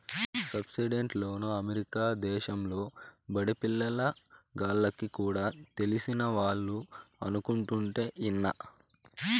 subsidised లోన్లు America దేశంలో బడిపిల్ల గాల్లకి కూడా తెలిసినవాళ్లు అనుకుంటుంటే ఇన్నా